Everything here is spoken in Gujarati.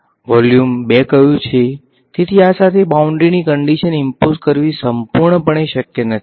તેઓ જાણતા નથી કે વોલ્યુમ 1 કયું છે જે વોલ્યુમ 2 કયું છે તેથી આ સાથે બાઉન્ડ્રી ની કંડીશન ઈમ્પોઝ કરવી સંપૂર્ણપણે શક્ય નથી